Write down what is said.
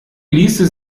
ließe